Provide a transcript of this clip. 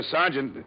Sergeant